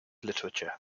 literature